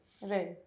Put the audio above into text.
Right